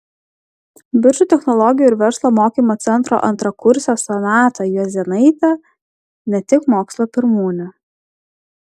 biržų technologijų ir verslo mokymo centro antrakursė sonata juozėnaitė ne tik mokslo pirmūnė